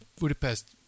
Budapest